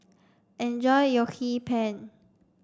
enjoy your Hee Pan